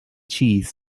cheese